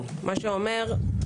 ניקיון - מה שאומר,